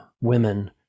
women